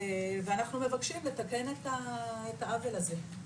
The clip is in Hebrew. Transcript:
אנחנו מבקשים לתקן את העוול הזה,